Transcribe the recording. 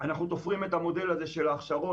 אנחנו תופרים את המודל הזה של ההכשרות